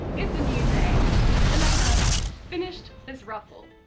it's a new day and i have finished this ruffle.